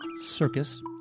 Circus